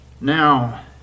now